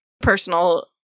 personal